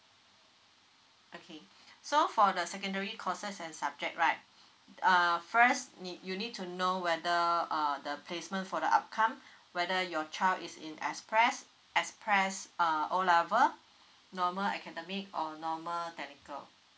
okay so for the secondary courses and subject right err first need you need to know whether err the placement for the outcome whether your child is in express express uh O level normal academic or normal technical